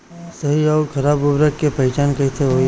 सही अउर खराब उर्बरक के पहचान कैसे होई?